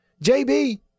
JB